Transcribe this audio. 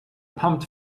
pumped